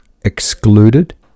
excluded